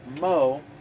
Mo